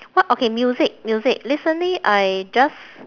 what okay music music recently I just